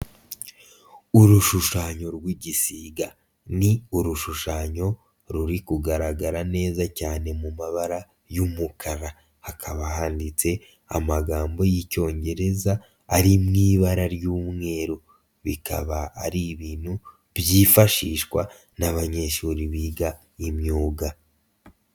Urushushanyo rw'igisiga, ni urushushanyo ruri kugaragara neza cyane mu mabara y'umukara, hakaba handitse amagambo y'icyongereza ari mu ibara ry'umweru, bikaba ari ibintu byifashishwa n'abanyeshuri biga imyuga.